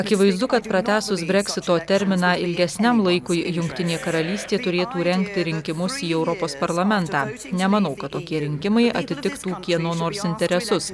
akivaizdu kad pratęsus breksito terminą ilgesniam laikui jungtinė karalystė turėtų rengti rinkimus į europos parlamentą nemanau kad tokie rinkimai atitiktų kieno nors interesus